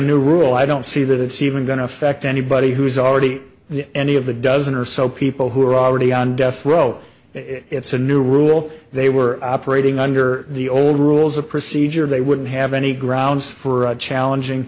new rule i don't see that it's even going to affect anybody who is already in any of the dozen or so people who are already on death row it's a new rule they were operating under the old rules of procedure they wouldn't have any grounds for challenging